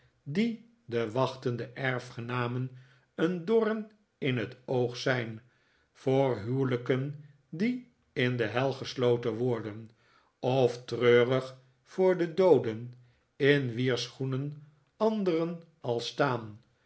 die de wachtende erfgenamen een doom in het oog zijn voor huwelijken die in de hel gesloten worden of treurig voor de dooden in wier schoenen anderen al staan